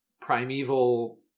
primeval